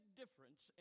difference